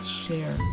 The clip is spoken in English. share